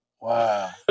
Wow